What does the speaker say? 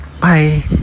bye